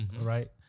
right